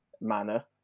manner